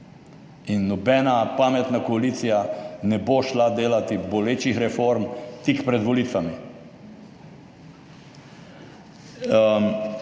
Nobena pametna koalicija ne bo delala bolečih reform tik pred volitvami.